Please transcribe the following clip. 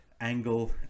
angle